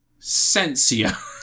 Sensia